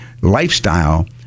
lifestyle